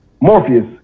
Morpheus